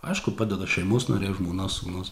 aišku padeda šeimos nariai žmona sūnus